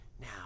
Now